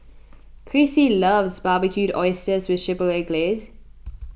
Chrissie loves Barbecued Oysters with Chipotle Glaze